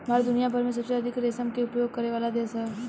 भारत दुनिया भर में सबसे अधिका रेशम के उपयोग करेवाला देश ह